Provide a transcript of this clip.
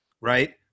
right